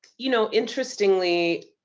you know, interestingly,